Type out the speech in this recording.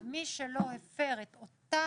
שמי שלא הפר את אותה